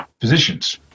physicians